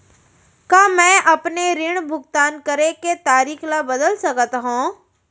का मैं अपने ऋण भुगतान करे के तारीक ल बदल सकत हो?